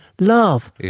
love